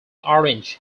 orange